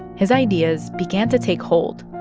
his ideas began to take hold.